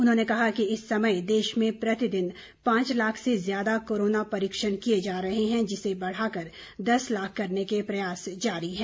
उन्होंने कहा कि इस समय देश में प्रतिदिन पाँच लाख से ज्यादा कोरोना परीक्षण किए जा रहे हैं जिसे बढ़ाकर दस लाख करने के प्रयास जारी हैं